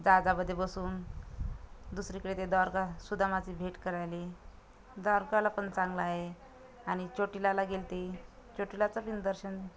जहाजामध्ये बसून दुसरीकडे ते द्वारका सुदामाची भेट करायले द्वारकालापण चांगलं आहे आणि चोटीलाला गेली होती चोटीलाचं पण दर्शन